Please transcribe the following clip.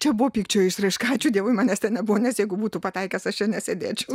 čia buvo pykčio išraiška ačiū dievui manęs ten nebuvo nes jeigu būtų pataikęs aš čia nesėdėčiau